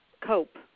cope